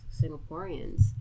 Singaporeans